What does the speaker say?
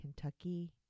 Kentucky